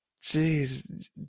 Jeez